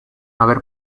haber